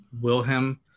Wilhelm